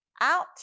out